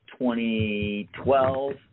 2012